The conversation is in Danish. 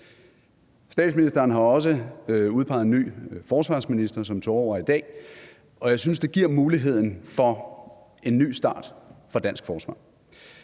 Statsministeren har også udpeget en ny forsvarsminister, som tog over i dag, og jeg synes, det giver mulighed for en ny start for dansk forsvar.